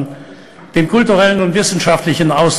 גבירותי ורבותי,